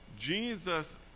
Jesus